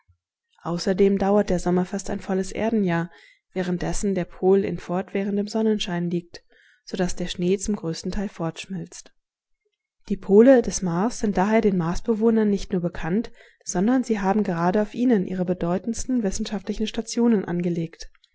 außerdem dauert der sommer fast ein volles erdenjahr währenddessen der pol in fortwährendem sonnenschein liegt so daß der schnee zum größten teil fortschmilzt die pole des mars sind daher den marsbewohnern nicht nur bekannt sondern sie haben gerade auf ihnen ihre bedeutendsten wissenschaftlichen stationen angelegt